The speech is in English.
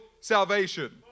salvation